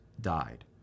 died